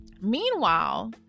Meanwhile